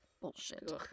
Bullshit